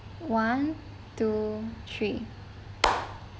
one two three